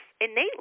innately